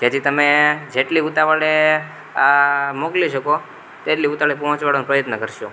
તેથી તમે જેટલી ઉતાવળે આ મોકલી શકો તેટલી ઉતાવળે પહોંચાડવાનો પ્રયત્ન કરશો